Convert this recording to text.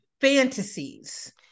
fantasies